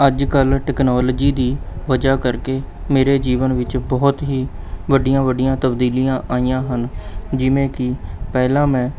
ਅੱਜ ਕੱਲ੍ਹ ਟੈਕਨੋਲਜੀ ਦੀ ਵਜ੍ਹਾ ਕਰਕੇ ਮੇਰੇ ਜੀਵਨ ਵਿੱਚ ਬਹੁਤ ਹੀ ਵੱਡੀਆਂ ਵੱਡੀਆਂ ਤਬਦੀਲੀਆਂ ਆਈਆਂ ਹਨ ਜਿਵੇਂ ਕਿ ਪਹਿਲਾਂ ਮੈਂ